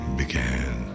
began